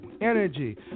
energy